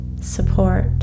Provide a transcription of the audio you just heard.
support